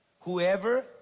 whoever